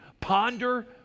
ponder